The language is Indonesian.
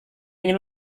ingin